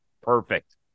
perfect